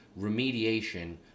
remediation